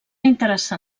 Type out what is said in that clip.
interessar